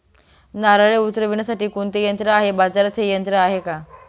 नारळे उतरविण्यासाठी कोणते यंत्र आहे? बाजारात हे यंत्र आहे का?